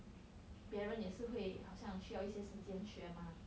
别人也是会好像需要一些时间学 mah